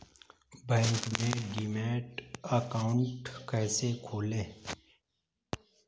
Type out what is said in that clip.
Bank में demat account कैसे खोलें?